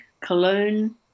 Cologne